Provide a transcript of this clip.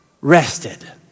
rested